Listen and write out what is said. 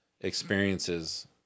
experiences